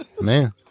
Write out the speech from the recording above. Man